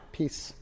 peace